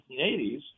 1980s